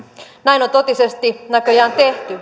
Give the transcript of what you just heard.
näin on totisesti näköjään tehty